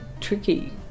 tricky